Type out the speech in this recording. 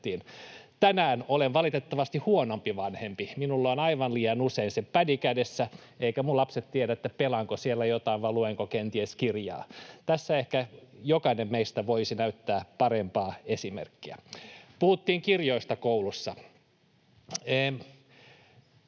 Tänään olen valitettavasti huonompi vanhempi. Minulla on aivan liian usein se pädi kädessäni, eivätkä minun lapseni tiedä, pelaanko siellä jotain vai luenko kenties kirjaa. Tässä ehkä jokainen meistä voisi näyttää parempaa esimerkkiä. Puhuttiin kirjoista koulussa.